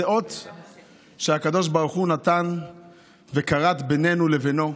זה אות שהקדוש ברוך הוא נתן וכרת בינינו לבינו,